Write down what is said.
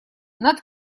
над